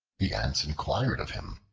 the ants inquired of him,